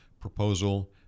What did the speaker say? proposal